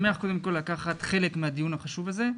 שמח קודם כל לקחת חלק מהדיון החשוב הזה,